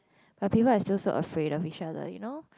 but people I still saw afraid of each other you know